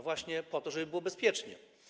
Właśnie po to, żeby było bezpiecznie.